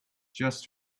just